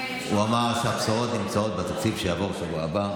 הוא אמר שהבשורות הן בשורות בתקציב שיעבור בשבוע הבא.